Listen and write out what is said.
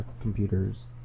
computers